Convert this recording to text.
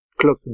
close